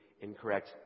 incorrect